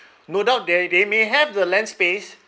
no doubt they they may have the land space